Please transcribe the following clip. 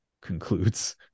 concludes